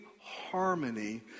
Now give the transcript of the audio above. harmony